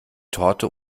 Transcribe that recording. torte